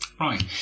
Right